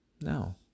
No